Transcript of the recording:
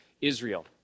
Israel